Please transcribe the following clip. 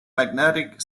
magnetic